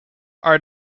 are